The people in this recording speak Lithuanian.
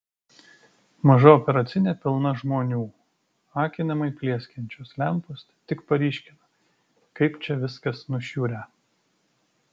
maža operacinė pilna žmonių akinamai plieskiančios lempos tik paryškina kaip čia viskas nušiurę